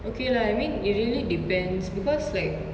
okay lah I mean it really depends because like